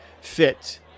Fit